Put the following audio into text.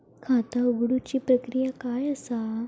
खाता उघडुची प्रक्रिया काय असा?